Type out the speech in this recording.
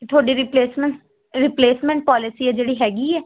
ਤੁਹਾਡੀ replacement replacement policy ਹੈ ਜਿਹੜੀ ਹੈਗੀ ਹੈ